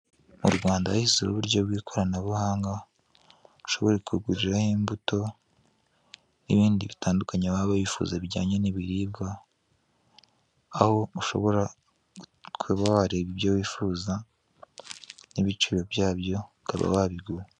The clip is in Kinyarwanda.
Mu rwanda hashyizweho uburyo bw'ikoranabuhanga, ushobora kuguriraho imbuto, n'ibindi bitandukanye waba wifuza bijyanye n'ibiribwa, aho ushobora kureba ibyo wifuza n'ibiciro byabyo ukaba wabigura.